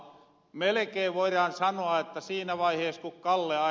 melekeen voiraan sanoa että siinä vaiheessa kun ed